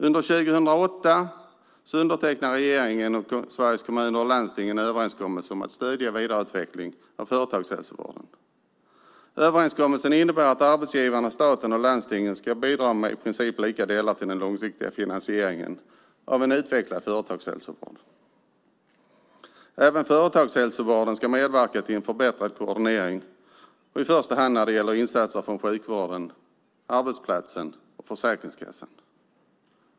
Under 2008 undertecknade regeringen och Sveriges Kommuner och Landsting en överenskommelse om att stödja vidareutveckling av företagshälsovården. Överenskommelsen innebär att arbetsgivarna, staten och landstingen ska bidra med i princip lika delar till den långsiktiga finansieringen av en utvecklad företagshälsovård. Företagshälsovården ska medverka till en förbättrad koordinering, i första hand när det gäller insatser från sjukvården, arbetsplatsen och Försäkringskassan.